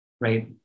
right